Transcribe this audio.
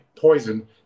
poison